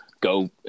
go